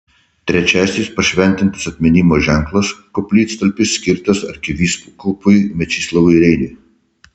trečiasis pašventintas atminimo ženklas koplytstulpis skirtas arkivyskupui mečislovui reiniui